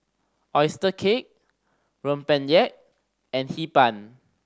oyster cake rempeyek and Hee Pan